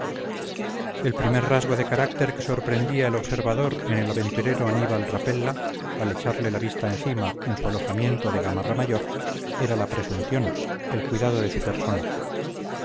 el primer rasgo de carácter que sorprendía el observador en el aventurero aníbal rapella al echarle la vista encima en su alojamiento de gamarra mayor era la presunción el cuidado de su persona